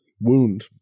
wound